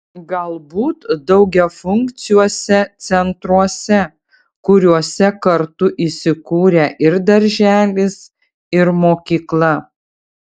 galbūt daugiafunkciuose centruose kuriuose kartu įsikūrę ir darželis ir mokykla